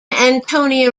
antonia